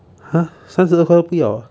!huh! 三十二块都不要 ah